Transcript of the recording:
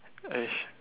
!hais!